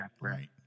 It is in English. right